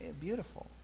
beautiful